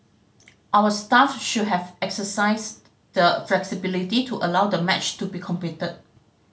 our staff should have exercised the flexibility to allow the match to be completed